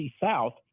South